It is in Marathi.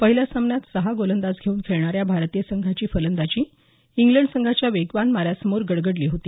पहिल्या सामन्यात सहा गोलंदाज घेऊन खेळणाऱ्या भारतीय संघाची फलंदाजी इंग्लंड संघाच्या वेगवान माऱ्यासमोर गडगडली होती